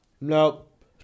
Nope